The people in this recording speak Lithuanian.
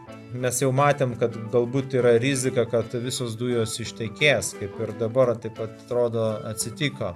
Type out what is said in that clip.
nes jau matėme kad galbūt yra rizika kad visos dujos ištekės kaip ir dabar taip atrodo atsitiko